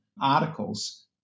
articles